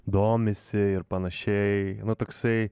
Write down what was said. domisi ir panašiai va toksai